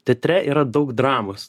teatre yra daug dramos